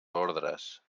ordres